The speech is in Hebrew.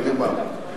כן, בטח.